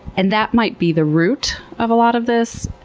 and that might be the root of a lot of this,